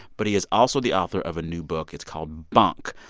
but he is also the author of a new book. it's called bunk,